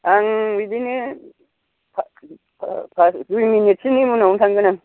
आं बिदिनो पास दुइ मिनिटसोनि उनावनो थांगोन आं